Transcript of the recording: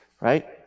right